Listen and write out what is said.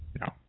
No